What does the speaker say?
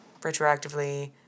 retroactively